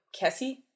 Kessie